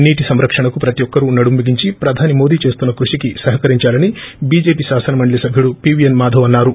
నీటి సంరక్షణకు ప్రతి ఒక్కరూ నడుంబిగించి ప్రధాని మోదీ చేస్తున్న కృషికి సహకరిందాలని బీజేపీ శాసనమండలి సభ్యుడు పీవీఎన్ మాధవ్ అన్నారు